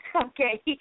Okay